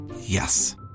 Yes